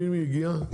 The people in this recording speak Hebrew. מי הגיע?